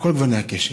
מכל גוני הקשת,